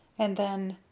and then.